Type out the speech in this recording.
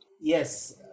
Yes